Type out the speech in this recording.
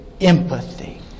empathy